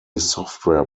software